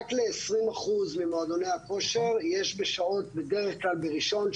רק ל-20% ממועדוני הכושר יש בדרך כלל בראשון,